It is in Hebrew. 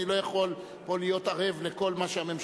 אני לא יכול להיות ערב לכל מה שהממשלה אומרת.